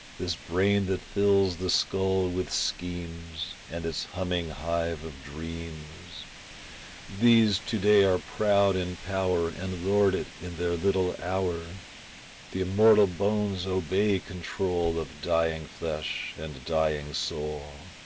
this brain that fills the skull with schemes, and its humming hive of dreams these to-day are proud in power and lord it in their little hour the immortal bones obey control of dying flesh and dying soul.